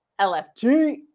LFG